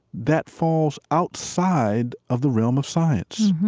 that falls outside of the realm of science.